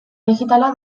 digitala